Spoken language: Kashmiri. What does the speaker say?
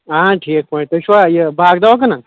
آ ٹھیٖک پٲٹھۍ تُہۍ چھُوا یہِ باغہٕ دَوا کٕنَان